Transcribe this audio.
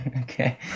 Okay